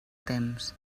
temps